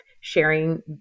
sharing